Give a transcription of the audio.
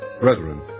Brethren